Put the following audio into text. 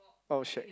oh shit